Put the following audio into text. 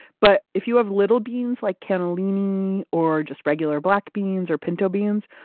but if you have little beans, like cannellini or just regular black beans or pinto beans,